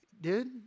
dude